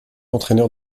entraineur